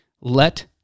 let